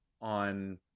on